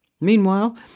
Meanwhile